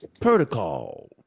protocol